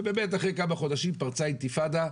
ובאמת אחרי כמה חודשים פרצה אינתיפאדה.